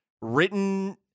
written